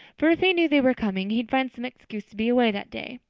for if he knew they were coming he'd find some excuse to be away that day.